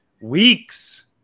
weeks